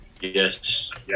yes